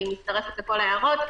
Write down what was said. אני מצטרפת לכל ההערות.